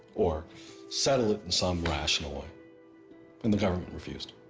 or settle in some rational way. and the government refused.